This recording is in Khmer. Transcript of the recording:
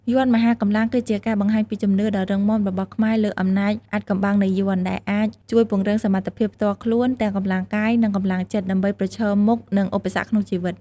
យ័ន្តមហាកម្លាំងគឺជាការបង្ហាញពីជំនឿដ៏រឹងមាំរបស់ខ្មែរលើ អំណាចអាថ៌កំបាំងនៃយ័ន្ត ដែលអាចជួយពង្រឹងសមត្ថភាពផ្ទាល់ខ្លួន ទាំងកម្លាំងកាយ និងកម្លាំងចិត្ត ដើម្បីប្រឈមមុខនឹងឧបសគ្គក្នុងជីវិត។